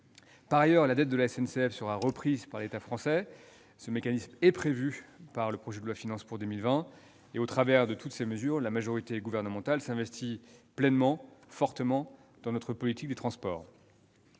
Par ailleurs, la dette de la SNCF sera reprise par l'État. Le mécanisme est prévu dans le projet de loi de finances pour 2020. Au travers de toutes ces mesures, la majorité gouvernementale s'investit pleinement et fortement dans les transports.